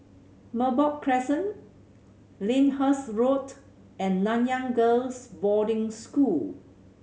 Merbok Crescent Lyndhurst Road and Nanyang Girls' Boarding School